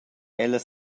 ellas